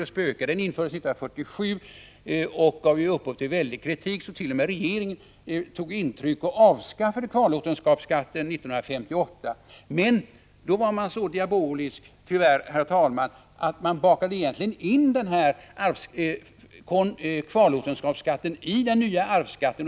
Den infördes 1947 och gav upphov till väldig kritik, som t.o.m. regeringen tog intryck av. Man avskaffade kvarlåtenskapsskatten 1958. Men då var man tyvärr, herr talman, så diabolisk att man bakade in kvarlåtenskapsskatten i den nya arvsskatten.